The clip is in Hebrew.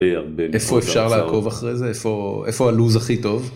איפה אפשר לעקוב אחרי זה? איפה הלוז הכי טוב?